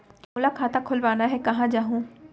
मोला खाता खोलवाना हे, कहाँ जाहूँ?